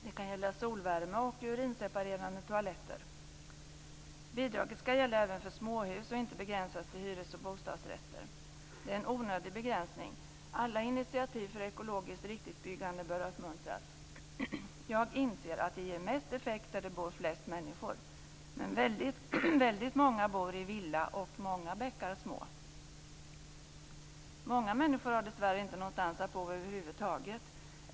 Det kan gälla solvärme och urinseparerande toaletter. Bidraget skall gälla även för småhus och inte begränsas till hyres och bostadsrätter. Det är en onödig begränsning. Alla initiativ för ekologiskt riktigt byggande bör uppmuntras. Jag inser att det ger mest effekt där det bor flest människor. Men väldigt många bor i villa, och många bäckar små - Många människor har dessvärre inte någonstans att bo över huvud taget.